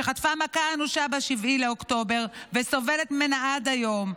חטפה מכה אנושה ב-7 באוקטובר וסובלת ממנה עד היום.